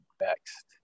next